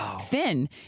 thin